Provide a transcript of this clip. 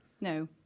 no